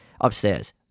upstairs